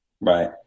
Right